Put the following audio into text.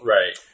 Right